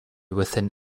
within